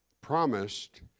promised